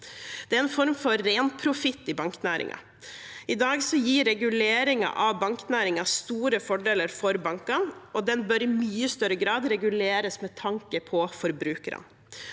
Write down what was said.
Det er en form for renprofitt i banknæringen. I dag gir reguleringen av banknæringen store fordeler for bankene, og den bør i mye større grad reguleres med tanke på forbrukerne.